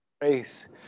grace